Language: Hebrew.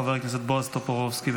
חבר הכנסת בועז טופורובסקי.